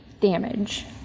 damage